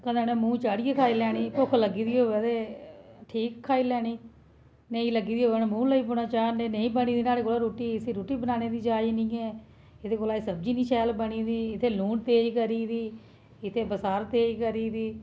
कदें उनें मूंह् चाढ़ियै खाई लैनी भुक्ख लग्गी दी होऐ तां ठीक खाई लैनी नेई ंलग्गी गी होऐ तां उनें मूहं लग्गी पौना चाढ़न के इसी रुट्टी बनाने दी जाच नेईं ऐ एह्दे कोला सब्जी नेईं शैल बनी दी एह्दे च लून नेंई ऐ तेज करी दी इत्थै बसार तेज करी गेदी